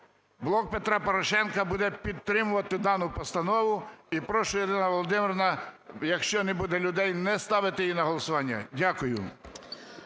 "Блок Петра Порошенка" буде підтримувати дану постанову. І прошу, Ірина Володимирівна, якщо не буде людей, не ставити її на голосування. Дякую.